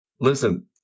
Listen